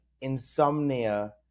insomnia